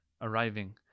arriving